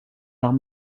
arts